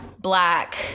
black